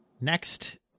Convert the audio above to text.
Next